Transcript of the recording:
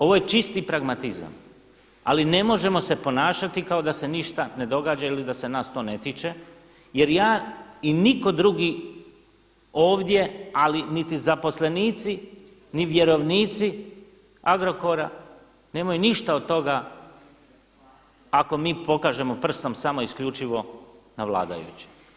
Ovo je čisti pragmatizam ali ne možemo se ponašati kao da se ništa ne događa ili da se nas to ne tiče jer ja i nitko drugi ovdje ali niti zaposlenici ni vjerovnici Agrokora nemaju ništa od toga ako mi pokažemo prstom samo isključivo na vladajuće.